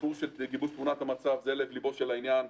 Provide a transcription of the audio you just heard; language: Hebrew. הסיפור של גיבוש תמונת המצב זה לב ליבו של העניין.